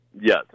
Yes